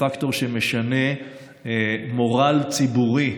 פקטור שמשנה מורל ציבורי.